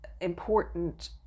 important